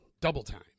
double-time